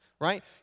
right